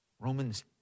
Romans